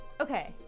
Okay